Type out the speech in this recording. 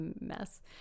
mess